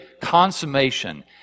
consummation